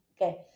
Okay